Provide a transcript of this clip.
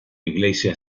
iglesia